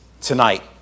tonight